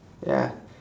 ya